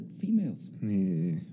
females